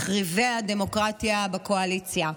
מחריבי הדמוקרטיה בקואליציה,